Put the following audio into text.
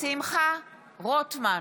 שמחה רוטמן,